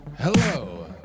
Hello